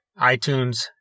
iTunes